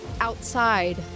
outside